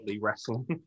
wrestling